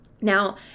Now